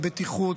על בטיחות,